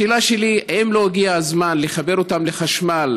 השאלה שלי: האם לא הגיע הזמן לחבר אותם לחשמל,